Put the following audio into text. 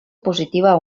positiva